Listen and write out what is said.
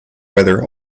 whether